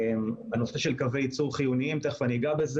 נושא של קווי ייצור חיוניים, שתכף אגע בו,